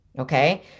Okay